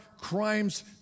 crimes